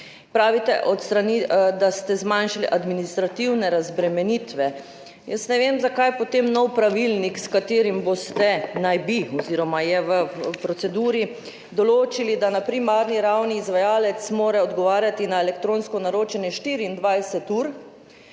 Pravite, da ste zmanjšali administrativne razbremenitve, jaz ne vem, zakaj potem nov pravilnik, s katerim boste, naj bi oziroma je v proceduri, določili, da mora na primarni ravni izvajalec odgovarjati na elektronsko naročanje 24 ur